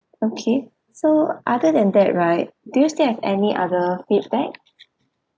okay so other than that right do you still have any other feedback